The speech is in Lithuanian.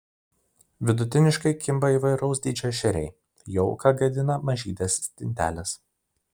vidutiniškai kimba įvairaus dydžio ešeriai jauką gadina mažytės stintelės